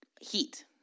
Heat